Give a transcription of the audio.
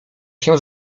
się